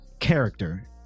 character